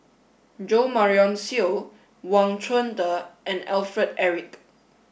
Jo Marion Seow Wang Chunde and Alfred Eric